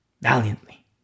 Valiantly